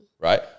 right